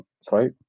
sorry